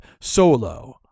solo